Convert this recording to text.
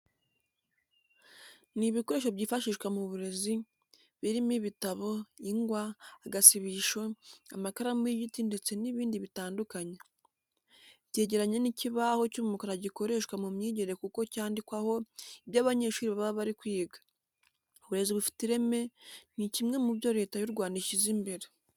Ni ibikoresho byifashishwa mu burezi, birimo ibitabo, ingwa, agasibisho, amakaramu y'igiti ndetse n'ibindi bitandukanye. Byegeranye n'ikibaho cy'umukara gikoreshwa mu myigire kuko cyandikwaho ibyo abanyeshuri baba bari kwiga. Uburezi bufite ireme ni kimwe mu byo Leta y'u Rwanda ishyize imbere.